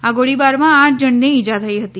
આ ગોળીબારમાં આઠ જણને ઈજા થઈ હતી